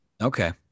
Okay